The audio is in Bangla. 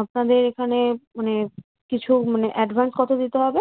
আপনাদের এখানে মানে কিছু মানে অ্যাডভান্স কতো দিতে হবে